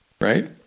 Right